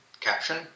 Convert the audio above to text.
caption